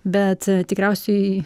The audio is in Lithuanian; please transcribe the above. bet tikriausiai